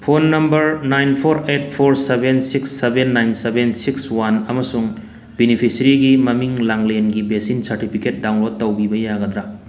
phone number nine four eight four seven six seven nine seven six one ꯑꯃꯁꯨꯡ ꯕꯤꯅꯤꯐꯤꯁꯔꯤꯒꯤ ꯃꯃꯤꯡ ꯂꯥꯡꯂꯦꯟꯒꯤ vaccine certificate download ꯇꯧꯕꯤꯕ ꯌꯥꯒꯗ꯭ꯔꯥ